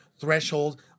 threshold